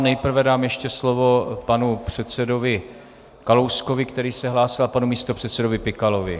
Nejprve dám ještě slovo panu předsedovi Kalouskovi, který se hlásil, a panu místopředsedovi Pikalovi.